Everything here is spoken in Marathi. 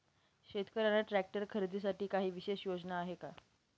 शेतकऱ्यांना ट्रॅक्टर खरीदीसाठी काही विशेष योजना आहे का?